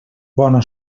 bona